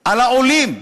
על העולים,